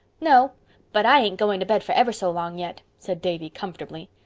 no but i ain't going to bed for ever so long yet, said davy comfortably.